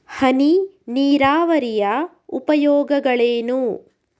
ಹನಿ ನೀರಾವರಿಯ ಉಪಯೋಗಗಳೇನು?